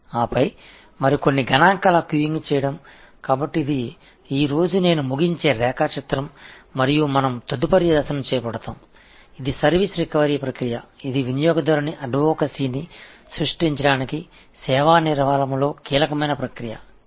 மேலும் இன்னும் சில புள்ளிவிவர வரிசைகளைச் செய்கிறேன் எனவே இது இன்று நான் முடிக்கும் வரைபடமாகும் அடுத்த கட்டத்தை நாம் எடுப்போம் இது சர்வீஸ் ரிகவரி செயல்முறையாகும் இது கஸ்டமர் வாதத்தை உருவாக்க சர்வீஸ் நிர்வாகத்தில் ஒரு முக்கிய செயல்முறையாகும்